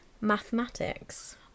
Mathematics